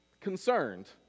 concerned